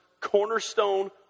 cornerstone